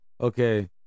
Okay